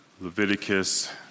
Leviticus